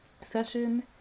session